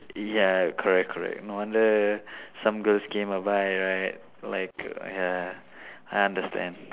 ya correct correct no wonder some girls came by right like ya I understand